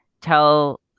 tell